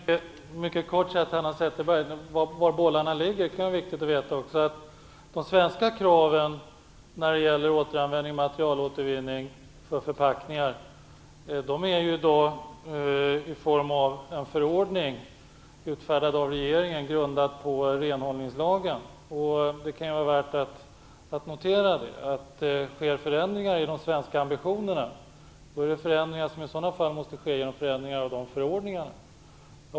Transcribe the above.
Fru talman! Jag vill mycket kort säga till Hanna Zetterberg var bollarna ligger. Det kan också vara viktigt att veta. De svenska kraven vad gäller återanvändning och materialåtervinning för förpackningar är i form av en förordning utfärdad av regeringen grundad på renhållningslagen. Det kan vara värt att notera att om det sker förändringar i de svenska ambitionerna måste de i så fall ske genom förändringar av dessa förordningar.